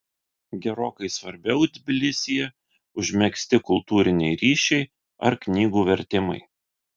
gerokai svarbiau tbilisyje užmegzti kultūriniai ryšiai ar knygų vertimai